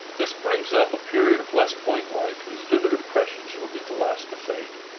this brings up a period of west point life whose vivid impressions will be the last to fade.